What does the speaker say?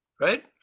right